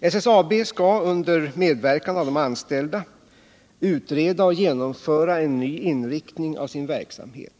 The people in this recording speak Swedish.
SSAB skall, under medverkan av de anställda, utreda och genomföra en ny inriktning av sin verksamhet.